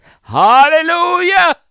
Hallelujah